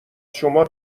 شما